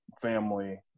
family